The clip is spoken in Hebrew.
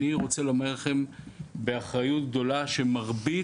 אני רוצה לומר לכם באחריות גדולה שמרבית